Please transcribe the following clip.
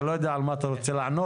אני לא יודע על מה אתה רוצה לענות,